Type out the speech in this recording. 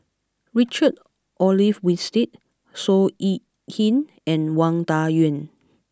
Richard Olaf Winstedt Seow Yit Kin and Wang Dayuan